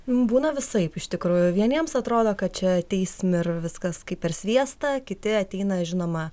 būna visaip iš tikrųjų vieniems atrodo kad čia ateisim ir viskas kaip per sviestą kiti ateina žinoma